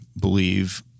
believe